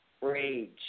rage